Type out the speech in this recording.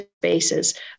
spaces